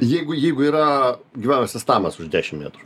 jeigu jeigu yra gyvenamasis namas už dešim metrų